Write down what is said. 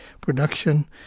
production